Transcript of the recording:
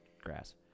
grass